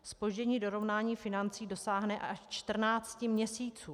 Zpoždění dorovnání financí dosáhne až 14 měsíců.